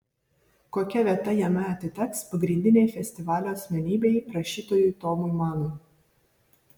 kokia vieta jame atiteks pagrindinei festivalio asmenybei rašytojui tomui manui